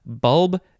bulb